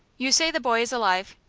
you say the boy is alive?